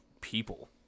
people